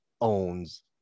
owns